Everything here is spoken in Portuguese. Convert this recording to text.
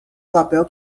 papel